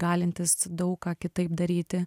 galintys daug ką kitaip daryti